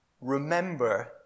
remember